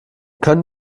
können